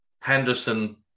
Henderson